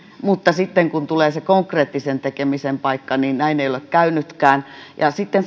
mutta sitten kun tulee se konkreettisen tekemisen paikka niin näin ei ole käynytkään ja jos sitten